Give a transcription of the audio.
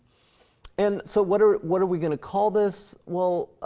and so what are what are we gonna call this? well,